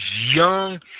young